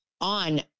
on